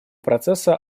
процесса